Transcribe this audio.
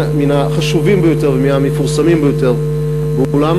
החשובים ביותר ומהמפורסמים ביותר בעולם,